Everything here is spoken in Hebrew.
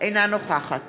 אינה נוכחת